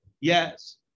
Yes